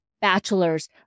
bachelor's